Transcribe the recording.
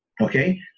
Okay